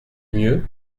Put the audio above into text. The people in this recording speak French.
mieux